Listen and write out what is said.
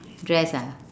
dress ah